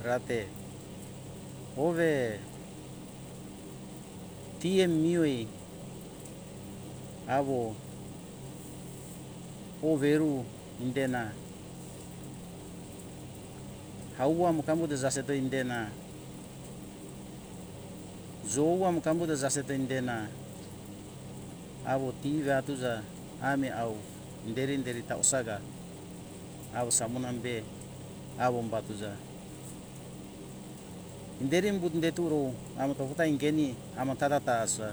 Rate ove tie miuwe awo ove eruo imbena awo amo kamo desase to indena jou amu kamu da jaseka indena awo tira atuza ame au inderi - inderi ta osaga awo samona be awo umba tuza inderi umbe inde turu amota ota ingenie ama tara asa